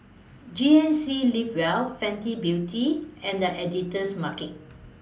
G N C Live Well Fenty Beauty and The Editor's Market